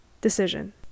decision